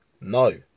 No